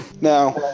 now